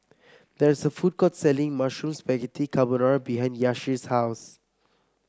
there is a food court selling Mushroom Spaghetti Carbonara behind Yahir's house